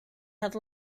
had